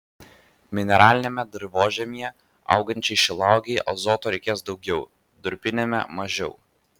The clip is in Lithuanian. mineraliniame dirvožemyje augančiai šilauogei azoto reikės daugiau durpiniame mažiau